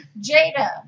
Jada